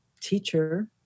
teacher